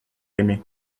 aimé